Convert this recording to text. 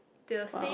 the same